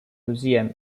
museum